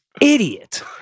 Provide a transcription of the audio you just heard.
idiot